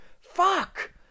Fuck